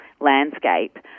landscape